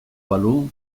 balu